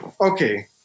Okay